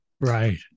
Right